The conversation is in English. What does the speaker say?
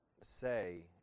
say